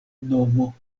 nomo